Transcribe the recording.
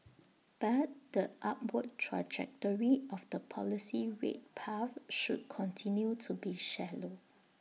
but the upward trajectory of the policy rate path should continue to be shallow